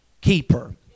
keeper